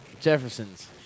Jefferson's